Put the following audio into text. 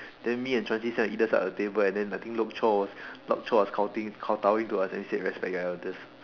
then me and Josie sit on either side of the table then I think lok-Cho lok-Cho was kowtow kowtowinging to us to say respect the elders